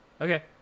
Okay